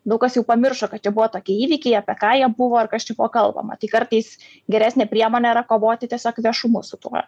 daug kas jau pamiršo kad čia buvo tokie įvykiai apie ką jie buvo ar kas čia buvo kalbama tai kartais geresnė priemonė yra kovoti tiesiog viešumu su tuo